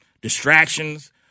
distractions